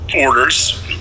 orders